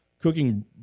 cooking